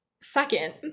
Second